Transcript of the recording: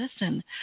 listen